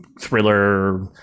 thriller